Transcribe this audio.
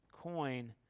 coin